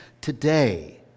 today